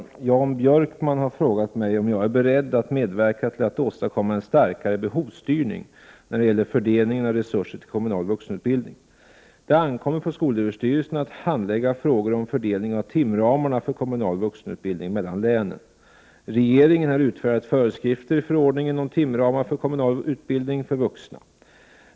Herr talman! Jan Björkman har frågat mig om jag är beredd att medverka till att åstadkomma en starkare behovsstyrning när det gäller fördelning av resurser till kommunal vuxenutbildning. Det ankommer på skolöverstyrelsen att handlägga frågor om fördelning av timramarna för kommunal vuxenutbildning mellan länen. Regeringen har utfärdat föreskrifter i förordningen om timramar för kommunal utbildning för vuxna.